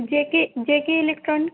J K J K electronics